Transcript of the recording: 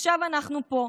עכשיו אנחנו פה,